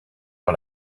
par